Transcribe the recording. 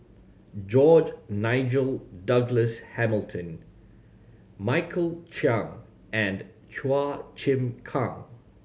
George Nigel Douglas Hamilton Michael Chiang and Chua Chim Kang